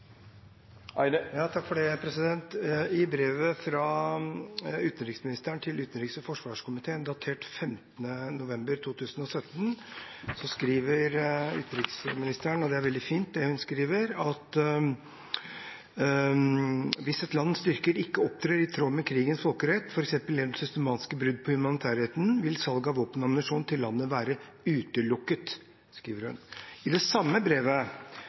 Det vert replikkordskifte. I brevet fra utenriksministeren til utenriks- og forsvarskomiteen datert 15. november 2017 skriver utenriksministeren – og det er veldig fint, det hun skriver – at hvis «et lands styrker ikke opptrer i tråd med krigens folkerett, f.eks. gjennom systematiske brudd på humanitærretten, vil salg av våpen og ammunisjon til landet være utelukket». I det samme brevet